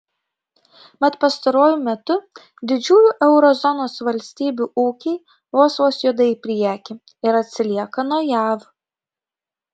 mat pastaruoju metu didžiųjų euro zonos valstybių ūkiai vos vos juda į priekį ir atsilieka nuo jav